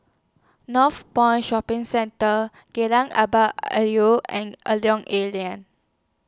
Northpoint Shopping Centre and A Lorong A Leng